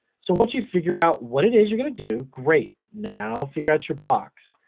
so, once you figure out what it is you're gonna do, great. now, figure out your box.